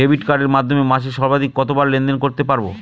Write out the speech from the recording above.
Debit কার্ডের মাধ্যমে মাসে সর্বাধিক কতবার লেনদেন করতে পারবো?